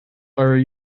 are